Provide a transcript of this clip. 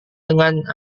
dengan